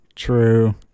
true